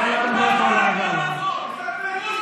יא מנסור, בראבו עליכ,